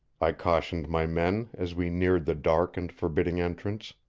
i cautioned my men, as we neared the dark and forbidding entrance.